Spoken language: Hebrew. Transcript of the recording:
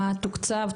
מה תוקצב,